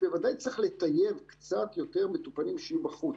שבוודאי צריך לטייב קצת יותר מטופלים שיהיו בחוץ.